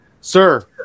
sir